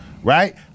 right